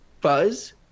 Buzz